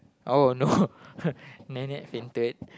oh no nenek fainted